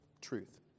truth